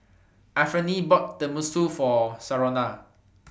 Anfernee bought Tenmusu For Sharonda